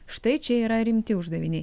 štai čia yra rimti uždaviniai